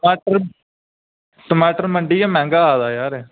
टमाटर टमाटर मंडी के मैंह्गा आ दा यार